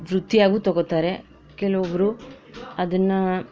ವೃತ್ತಿಯಾಗೂ ತಗೋತಾರೆ ಕೆಲವೊಬ್ರು ಅದನ್ನ